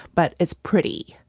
but it's pretty.